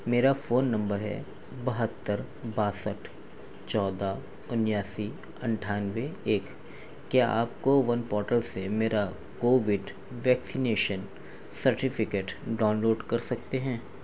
میرا phone number ہے بہتر باسٹھ چودہ اناسی اٹھانوے ایک کیا آپ کوون پورٹل سے میرا COVID vaccination certificate download کر سکتے ہیں